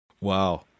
Wow